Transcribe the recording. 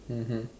mmhmm